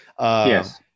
yes